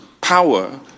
power